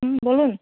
হুঁ বলুন